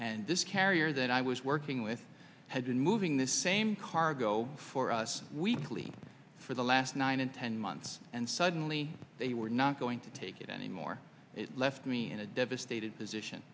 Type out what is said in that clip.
and this carrier that i was working with had been moving the same cargo for us weekly for the last nine and ten months and suddenly they were not going to take it anymore it left me in a devastated position